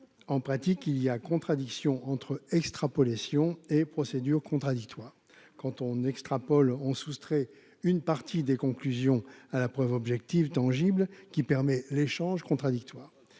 en pratique, il y a contradiction entre extrapolation et procédure contradictoire quand on extrapole, on soustrait une partie des conclusions à la preuve objective tangible qui permet l'échange contradictoire,